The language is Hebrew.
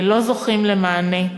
לא זוכים למענה.